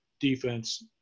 defense